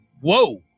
Whoa